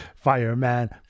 fireman